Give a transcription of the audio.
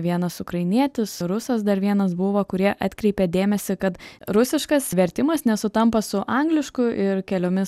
vienas ukrainietis rusas dar vienas buvo kurie atkreipė dėmesį kad rusiškas vertimas nesutampa su anglišku ir keliomis